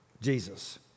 Jesus